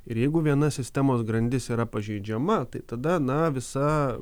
ir jeigu viena sistemos grandis yra pažeidžiama tai tada na visa